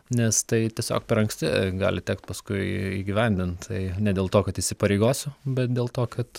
nes tai tiesiog per anksti gali tekt paskui įgyvendint tai ne dėl to kad įsipareigosiu bet dėl to kad